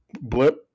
blip